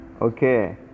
okay